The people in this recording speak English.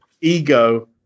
ego